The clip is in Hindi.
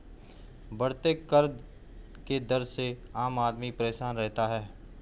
बढ़ते कर के दर से आम आदमी परेशान रहता है